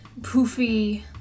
poofy